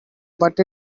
but